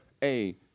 hey